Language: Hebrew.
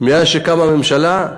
מאז שקמה הממשלה,